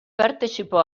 partecipò